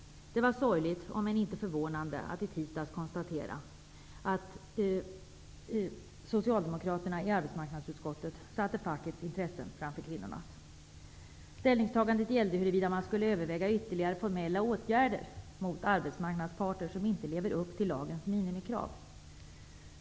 Det var sorgligt, om än inte förvånande, att i tisdags konstatera att socialdemokraterna i arbetsmarknadsutskottet satte fackets intressen framför kvinnornas. Ställningstagandet gällde huruvida man skulle överväga ytterligare formella åtgärder mot arbetsmarknadsparter som inte lever upp till lagens minimikrav.